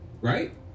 right